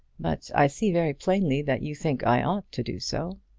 but i see very plainly that you think i ought to do so.